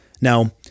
Now